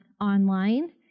online